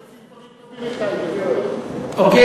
שיוצאים דברים טובים מטייבה, אוקיי.